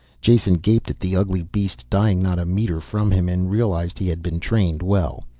jason gaped at the ugly beast dying not a meter from him and realized he had been trained well.